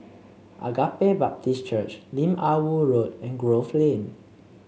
Agape Baptist Church Lim Ah Woo Road and Grove Lane